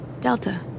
Delta